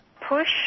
PUSH